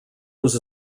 was